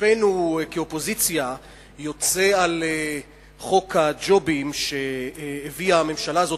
קצפנו כאופוזיציה יוצא על חוק הג'ובים שהביאה הממשלה הזאת,